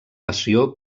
passió